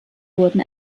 wurden